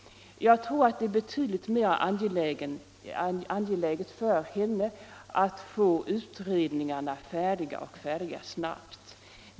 Jag tror att det är betydligt mera angeläget för henne att få utredningarna färdiga snabbt.